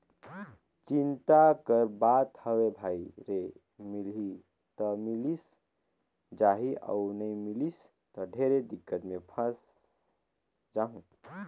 चिंता कर बात हवे भई रे मिलही त मिलिस जाही अउ नई मिलिस त ढेरे दिक्कत मे फंयस जाहूँ